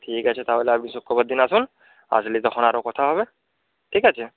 ঠিক আছে তাহলে আপনি শুক্রবার দিন আসুন আসলেই তখন আরও কথা হবে ঠিক আছে